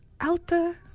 Alta